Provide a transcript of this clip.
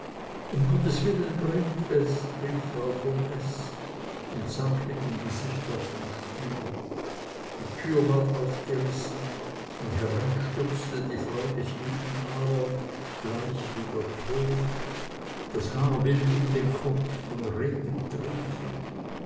um gottes willen brennt es rief frau von s und sank mit dem gesichte auf den stuhl die türe ward aufgerissen und herein stürzte die frau des juden aaron bleich wie der tod das haar wild um den kopf von regen